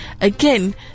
again